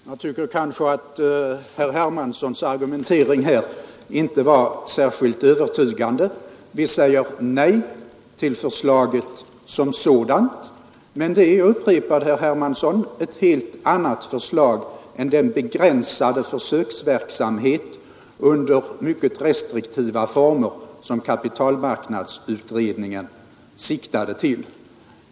Herr talman! Jag tycker att herr Hermanssons argumentering här inte var särskilt övertygande. Vi säger nej till förslaget sådant det nu föreligger, men jag upprepar, herr Hermansson, att det är ett helt annat förslag än den begränsade försöksverksamhet under mycket restriktiva 89 former som kapitalmarknadsutredningen siktade till.